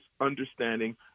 understanding